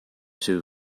two